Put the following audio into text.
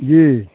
जी